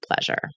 pleasure